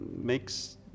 makes